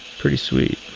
pretty sweet.